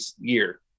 year